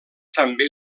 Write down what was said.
també